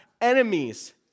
enemies